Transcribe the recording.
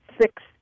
six